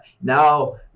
Now